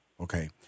okay